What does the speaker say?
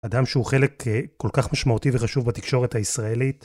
אדם שהוא חלק כל כך משמעותי וחשוב בתקשורת הישראלית.